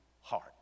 heart